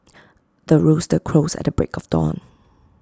the rooster crows at the break of dawn